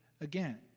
again